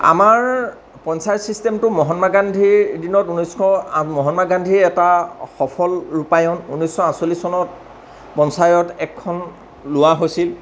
আমাৰ পঞ্চায়ত ছিষ্টেমটো মহাত্মা গান্ধীৰ দিনত ঊনৈছশ মহাত্মা গান্ধীয়ে এটা সফল ৰূপায়ন ঊনৈছশ আঠচল্লিশ চনৰ পঞ্চায়ত এক্টখন লোৱা হৈছিল